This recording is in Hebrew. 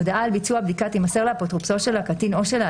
בכל זאת יש פער בין